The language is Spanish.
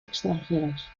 extranjeras